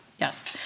yes